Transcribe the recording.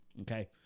Okay